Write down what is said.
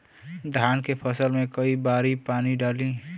धान के फसल मे कई बारी पानी डाली?